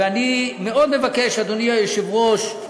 ואני מאוד מבקש, אדוני היושב-ראש,